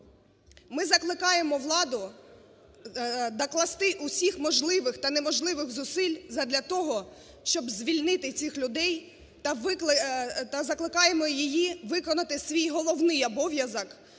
Ми закликаємо владу докласти усіх можливих та неможливих зусиль задля того, щоб звільнити цих людей та закликаємо її виконати свій головний обов'язок